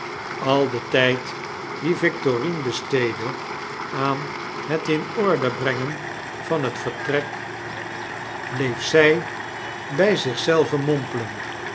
al den tijd dien victorine besteedde aan het in orde brengen van het vertrek bleef zjj bij zich zelve mompelen